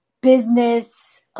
business